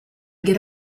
get